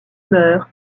meurt